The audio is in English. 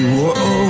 Whoa